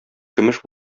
көмеш